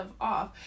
off